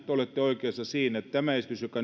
te olette oikeassa siinä että tämä esitys joka